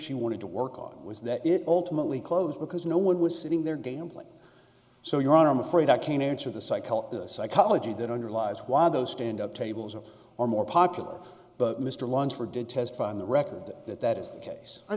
she wanted to work on was that it ultimately closed because no one was sitting there gambling so your honor i'm afraid i can't answer the cycle the psychology that underlies why those stand up tables are more popular but mr lunsford did testify on the record that that is the case for